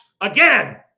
again